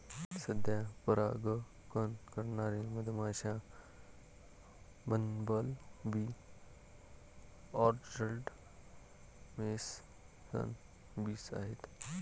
सध्या परागकण करणारे मधमाश्या, bumble bee, orchard mason bees आहेत